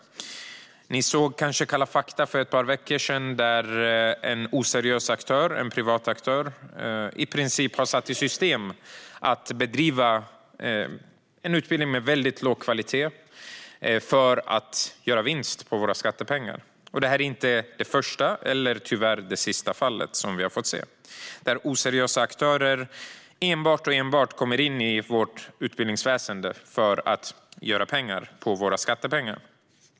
Ni såg kanske Kalla fakta för ett par veckor sedan där man rapporterade om en oseriös aktör, en privat aktör, som i princip har satt i system att bedriva en utbildning med väldigt låg kvalitet för att göra vinst på våra skattepengar. Det här är inte det första eller tyvärr det sista fallet där oseriösa aktörer enbart kommer in i vårt utbildningsväsen för att göra pengar på våra skattepengar.